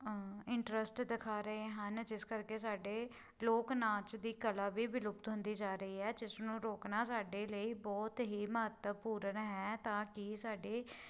interest ਦਿਖਾ ਰਹੇ ਹਨ ਜਿਸ ਕਰਕੇ ਸਾਡੇ ਲੋਕ ਨਾਚ ਦੀ ਕਲਾ ਵੀ ਵਿਲੁਪਤ ਹੁੰਦੀ ਜਾ ਰਹੀ ਹੈ ਜਿਸ ਨੂੰ ਰੋਕਣਾ ਸਾਡੇ ਲਈ ਬਹੁਤ ਹੀ ਮਹੱਤਵਪੂਰਨ ਹੈ ਤਾਂ ਕਿ ਸਾਡੇ